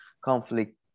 conflict